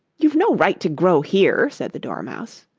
you've no right to grow here said the dormouse.